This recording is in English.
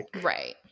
Right